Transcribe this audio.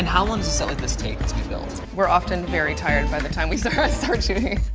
and how long does a set like this take to be built? we're often very tired by the time we start shooting.